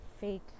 fake